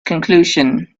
conclusion